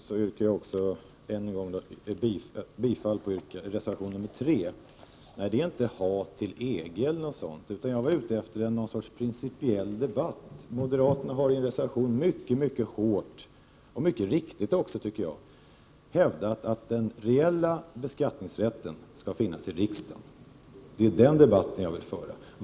Herr talman! För tydlighetens skull yrkar jag än en gång bifall till reservation nr 3. Nej, det är inte hat till EG som gör att jag reserverar mig, utan jag är ute efter någon sorts principiell debatt. Moderaterna har i en reservation mycket hårt — och mycket riktigt — hävdat att den reella beskattningsrätten skall finnas i riksdagen. Det är den debatten jag vill föra.